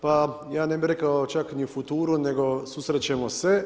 Pa ja ne bi rekao, čak ni futuru, nego susrećemo se.